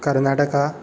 Karnataka